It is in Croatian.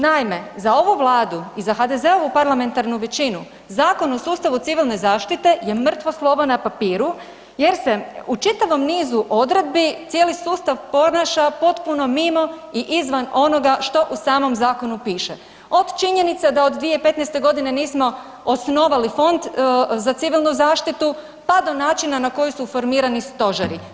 Naime, za ovu vladu i za HDZ-ovu parlamentarnu većinu Zakon o sustavu civilne zaštite je mrtvo slovo na papiru jer se u čitavom nizu odredbi cijeli sustav ponaša potpuno mimo i izvan onoga što u samom zakonu piše, od činjenice da od 2015.g. nismo osnovali fond za civilnu zaštitu, pa do načina na koji su formirani stožeri.